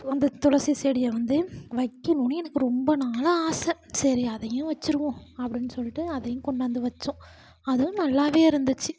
இப்போது அந்த துளசி செடியை வந்து வைக்கணுன்னு எனக்கு ரொம்ப நாளாக ஆசை சரி அதையும் வச்சுருவோம் அப்படின்னு சொல்லிட்டு அதையும் கொண்டாந்து வச்சோம் அதுவும் நல்லாவே இருந்துச்சு